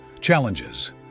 challenges